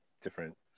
different